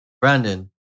Brandon